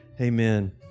amen